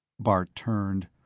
bart turned,